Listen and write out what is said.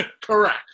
Correct